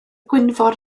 gwynfor